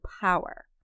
power